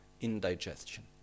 indigestion